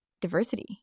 diversity